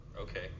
Okay